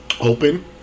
open